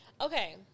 Okay